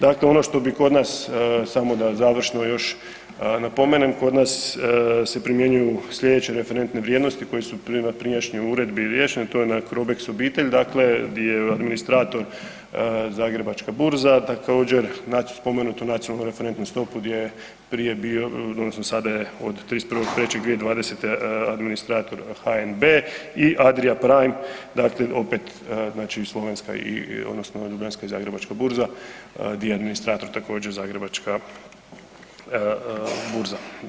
Dakle ono što bi kod nas samo da završno još napomene, kod nas se primjenjuju slijedeće referentne vrijednosti koje su na prijašnjoj uredbi riješene, to je na Crobex obitelj, dakle di je administrator Zagrebačka burza, također na spomenutu nacionalnu referentnu stopu gdje je prije bio odnosno sada je od 31. 3. 2020., administrator HNB i ADRIAprime dakle opet znači Slovenska odnosno Ljubljanska i Zagrebačka burza gdje je administrator također Zagrebačka burza.